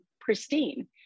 pristine